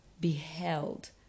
beheld